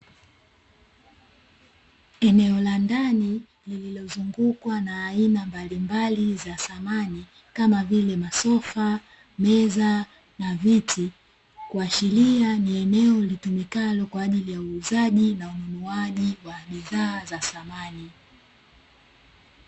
Eneo la ndani lililozungukwa na aina mbalimbali za samani kama vile masofa, meza na viti kuashiria ni eneo litumikalo kwa ajili ya uuzaji na ununuaji wa bidhaa za samani.